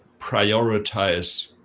prioritize